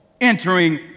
entering